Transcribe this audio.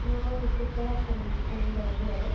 ನಾವು ಚಿಕ್ಬಳ್ಳಾಪುರಿಂದ ಇಂದ ಬಂದಿರೋದು